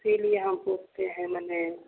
इसलिये हम पूछते हैं माने